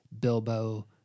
Bilbo